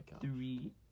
three